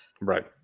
Right